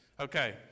Okay